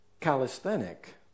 calisthenic